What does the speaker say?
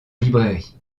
librairie